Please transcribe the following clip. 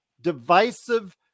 divisive